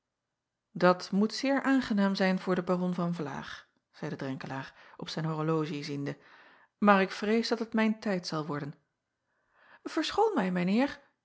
at moet zeer aangenaam zijn voor den aron van laag zeide renkelaer op zijn horologie ziende maar ik vrees dat het mijn tijd zal worden